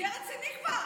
תהיה רציני כבר.